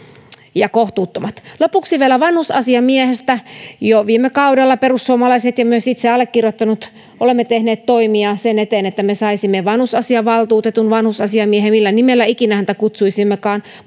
ja kohtuuttomat lopuksi vielä vanhusasiamiehestä jo viime kaudella me perussuomalaiset ja myös itse allekirjoittanut olemme tehneet toimia sen eteen että me saisimme vanhusasiavaltuutetun vanhusasiamiehen millä nimellä häntä ikinä kutsuisimmekaan